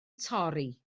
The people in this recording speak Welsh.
torri